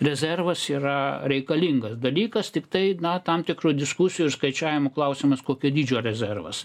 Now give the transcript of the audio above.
rezervas yra reikalingas dalykas tiktai na tam tikrų diskusijų ir skaičiavimų klausimas kokio dydžio rezervas